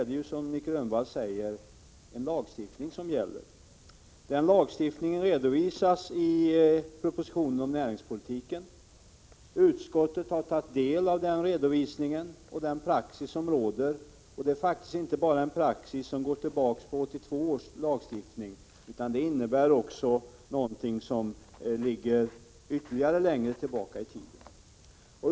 Den lagstiftningen redovisas i propositionen om näringspolitiken. Utskottet har tagit del av den redovisningen och av den praxis som råder. Det är faktiskt inte bara en praxis som går tillbaka på 1982 års lagstiftning, utan den går ännu längre tillbaka i tiden.